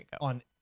on